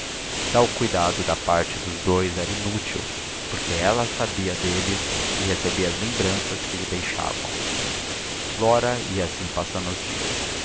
ansiedade tal cuidado da parte dos dous era inútil porque ela sabia deles e recebia as lembranças que lhe deixavam flora ia assim passando os dias